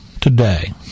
today